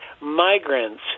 migrants